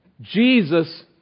Jesus